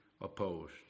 opposed